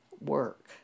work